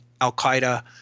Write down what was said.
al-Qaeda